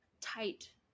tight